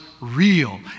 real